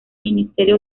ministerio